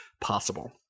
possible